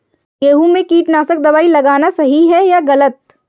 गेहूँ में कीटनाशक दबाई लगाना सही है या गलत?